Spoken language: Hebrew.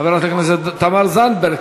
חברת הכנסת תמר זנדברג,